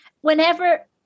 whenever